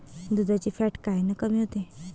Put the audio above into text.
दुधाचं फॅट कायनं कमी होते?